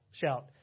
Shout